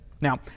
Now